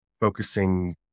focusing